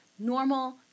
normal